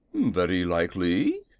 very likely,